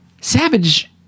Savage